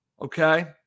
Okay